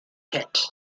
pit